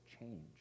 change